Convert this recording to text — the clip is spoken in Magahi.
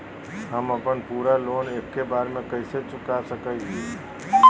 हम अपन पूरा लोन एके बार में कैसे चुका सकई हियई?